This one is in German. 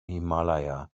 himalaya